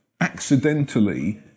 accidentally